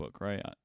right